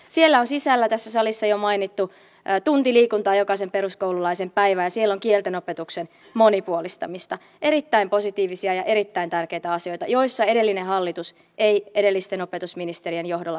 siellä on sisällä tässä salissa jo mainittu tunti liikuntaa jokaisen peruskoululaisen päivään ja siellä on kielten opetuksen monipuolistamista erittäin positiivisia ja erittäin tärkeitä asioita joissa edellinen hallitus ei edellisten opetusministerien johdolla päässyt eteenpäin